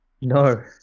No